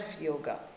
yoga